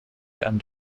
and